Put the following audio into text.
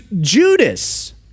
Judas